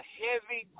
heavy